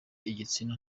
igitsina